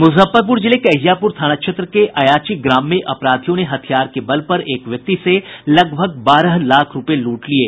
मुजफ्फरपुर जिले के अहियापुर थाना क्षेत्र के अयाची ग्राम में अपराधियों ने हथियार के बल पर एक व्यक्ति से लगभग बारह लाख रूपये लूट लिये